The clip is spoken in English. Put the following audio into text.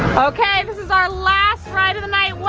okay, this is our last ride of the night,